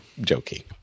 joking